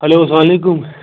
hello سلام علیکُم